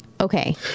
okay